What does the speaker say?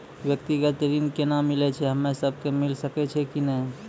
व्यक्तिगत ऋण केना मिलै छै, हम्मे सब कऽ मिल सकै छै कि नै?